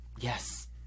Yes